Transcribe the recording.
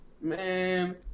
man